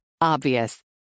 obvious